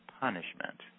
punishment